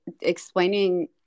explaining